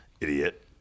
idiot